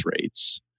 rates